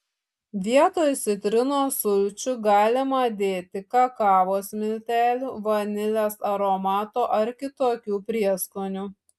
vietoj citrinos sulčių galima dėti kakavos miltelių vanilės aromato ar kitokių prieskonių